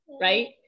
right